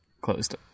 closed